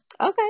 Okay